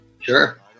Sure